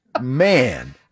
Man